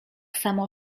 samo